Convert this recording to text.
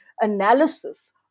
analysis